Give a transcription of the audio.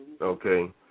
Okay